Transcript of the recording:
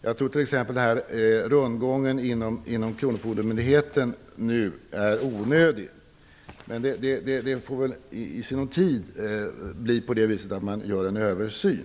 Jag tror t.ex. att rundgången inom kronofogdemyndigheten är onödig. Men man får väl i sinom tid göra en översyn.